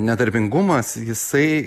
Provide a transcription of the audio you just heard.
nedarbingumas jisai